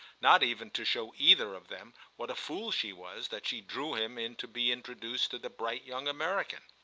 not even to show either of them what a fool she was that she drew him in to be introduced to the bright young american.